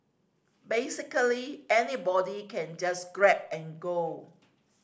basically anybody can just grab and go